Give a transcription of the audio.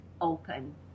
open